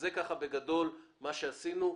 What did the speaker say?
זה בגדול מה שעשינו.